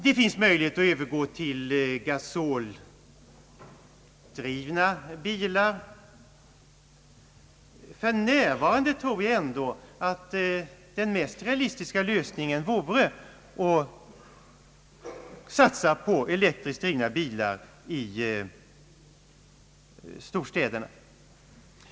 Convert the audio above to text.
Det finns möjlighet att övergå till gasoldrivna bilar. För närvarande tror jag dock att den mest realistiska lösningen vore att satsa på elektriskt drivna bilar i storstäderna.